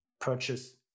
purchase